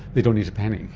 they don't need to panic.